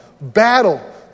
battle